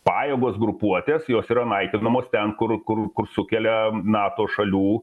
pajėgos grupuotės jos yra naikinamos ten kur kur kur sukelia nato šalių